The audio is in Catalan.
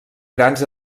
grans